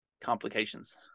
complications